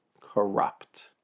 corrupt